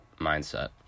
mindset